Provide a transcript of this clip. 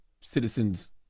citizens